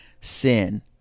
sin